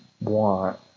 want